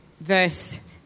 verse